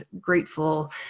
grateful